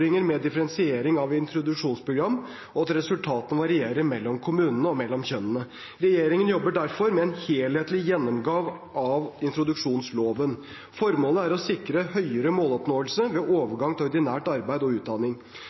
med differensiering av introduksjonsprogram, og at resultatet varierer mellom kommunene og mellom kjønnene. Regjeringen jobber derfor med en helhetlig gjennomgang av introduksjonsloven. Formålet er å sikre høyere måloppnåelse ved overgang til ordinært arbeid og utdanning.